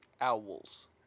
Owls